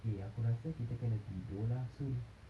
eh aku rasa kita kena tidur lah soon